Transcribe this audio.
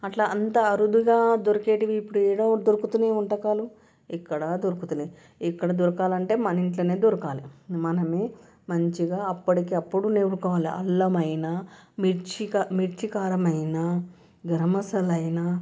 అలా అంత అరుదుగా దొరికేవి ఇప్పుడు ఎక్కడ దొరుకుతున్నాయి వంటకాలు ఎక్కడా దొరకడం లేవు ఇక్కడ దొరకాలంటే మన ఇంట్లోనే దొరకాలి మనమే మంచిగా అప్పటికప్పుడు నూరుకోవాలి అల్లమైన మిర్చి మిర్చి కారమైన గరం మసాలైనా